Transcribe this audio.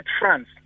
France